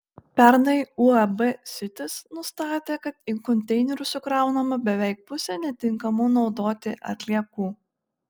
pernai uab sitis nustatė kad į konteinerius sukraunama beveik pusė netinkamų naudoti atliekų